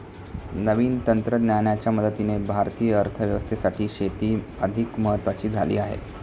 नवीन तंत्रज्ञानाच्या मदतीने भारतीय अर्थव्यवस्थेसाठी शेती अधिक महत्वाची झाली आहे